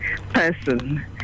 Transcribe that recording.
person